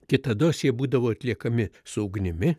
kitados jie būdavo atliekami su ugnimi